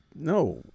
No